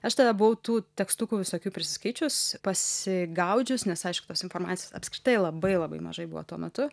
aš tada buvau tų tekstukų visokių prisiskaičius pasigaudžius nes aišku tos informacijos apskritai labai labai mažai buvo tuo metu